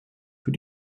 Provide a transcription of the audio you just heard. für